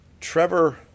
Trevor